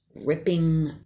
ripping